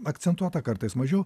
akcentuota kartais mažiau